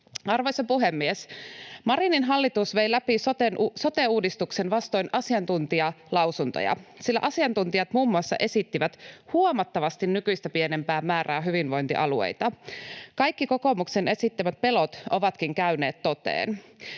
Arvoisa puhemies! Marinin hallitus vei läpi sote-uudistuksen vastoin asiantuntijalausuntoja, sillä asiantuntijat muun muassa esittivät huomattavasti nykyistä pienempää määrää hyvinvointialueita. Kaikki kokoomuksen esittämät pelot ovatkin käyneet toteen.